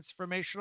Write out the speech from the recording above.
transformational